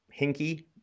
hinky